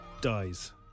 dies